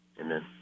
Amen